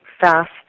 fast